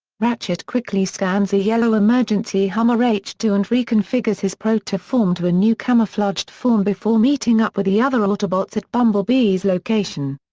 ratchet quickly scans a yellow emergency hummer h two and reconfigures his protoform to a new camouflaged form before meeting up with the other autobots at bumblebee's location.